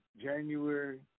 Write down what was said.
January